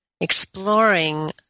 exploring